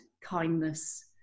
kindness